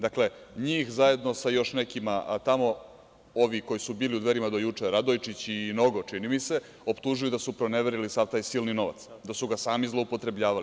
Dakle, njih, zajedno sa još nekima, a tamo ovi koji su bili u Dverima do juče, Radojčić i Nogo, čini mi se, optužuju da su proneverili sav taj silni novac, da su ga sami zloupotrebljavali.